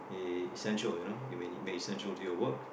essential you know it may essential to your work